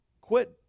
Quit